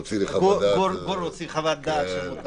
אני, ברשותכם, נמצא